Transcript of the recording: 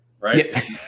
Right